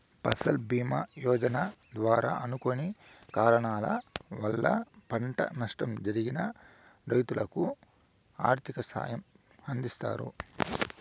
ఫసల్ భీమ యోజన ద్వారా అనుకోని కారణాల వల్ల పంట నష్టం జరిగిన రైతులకు ఆర్థిక సాయం అందిస్తారు